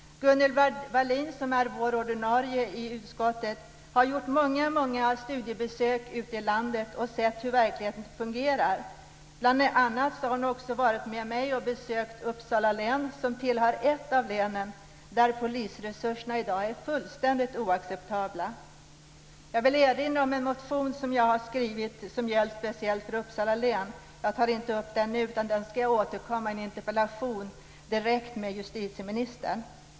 Gunnel Wallin, som är vår ordinarie ledamot i utskottet, har gjort många studiebesök ute i landet och sett hur verkligheten fungerar. Bl.a. har hon varit med mig och besökt Uppsala län, som är ett av de län där polisresurserna i dag är fullständigt oacceptabelt små. Jag vill erinra om en motion som jag har skrivit och som gäller Uppsala län speciellt. Jag tar inte upp den nu, utan jag ska återkomma till den i en interpellation direkt till justitieministern.